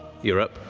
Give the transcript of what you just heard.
you're up.